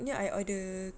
ya I order